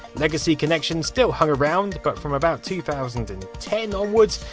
legacy connections still hung around, but from about two thousand and ten onwards,